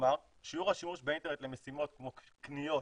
כלומר שיעור השימוש באינטרנט למשימות כמו קניות,